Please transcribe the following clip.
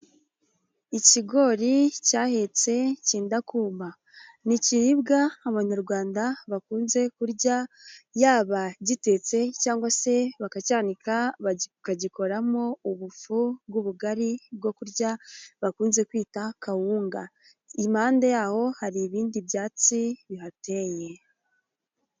Ikigori cyahetse kenda kuma, ni ikiribwa abanyarwanda bakunze kurya yaba gitetse cyangwa se bakacyanika bakagikoramo ubufu bw'ubugari bwo kurya bakunze kwita kawunga, impande y'aho hari ibindi byatsi bihateye.